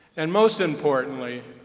and most importantly,